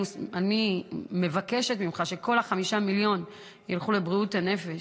אני מבקשת ממך שכל 5 המיליון ילכו לבריאות הנפש,